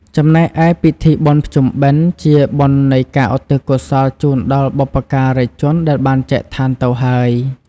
ចំណែកឯ ពិធីបុណ្យភ្ជុំបិណ្ឌជាបុណ្យនៃការឧទ្ទិសកុសលជូនដល់បុព្វការីជនដែលបានចែកឋានទៅហើយ។